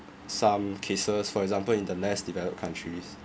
some cases for example in the less developed countries